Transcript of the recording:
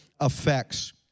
effects